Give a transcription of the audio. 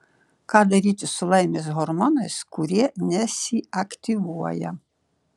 ką daryti su laimės hormonais kurie nesiaktyvuoja